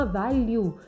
value